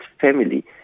family